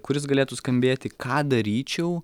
kuris galėtų skambėti ką daryčiau